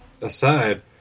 aside